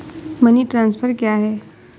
Money transfer क्या है?